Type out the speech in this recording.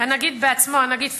הנגיד בעצמו, הנגיד פישר.